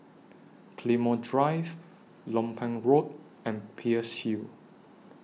Claymore Drive Lompang Road and Peirce Hill